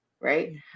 right